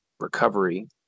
Recovery